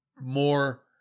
more